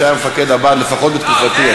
שהיה מפקד הבה"ד לפחות בתקופתי.